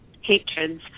hatreds